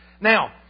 Now